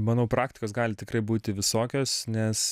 manau praktikos gali tikrai būti visokios nes